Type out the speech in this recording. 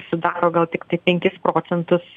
sudaro gal tiktai penkis procentus